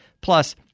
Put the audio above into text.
Plus